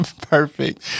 Perfect